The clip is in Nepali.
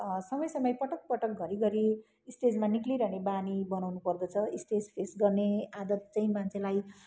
समय समय पटकपटक घरीघरी स्टेजमा निक्लिरहने बानी बनाउनु पर्दछ स्टेज फेस गर्ने आदत चाहिँ मान्छेलाई